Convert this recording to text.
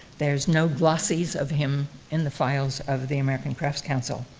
there's no glossies of him in the files of the american crafts council,